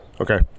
Okay